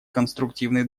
конструктивный